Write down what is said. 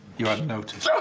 you hadn't noticed?